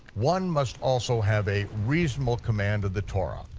one must also have a reasonable command of the torah,